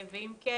אם כן,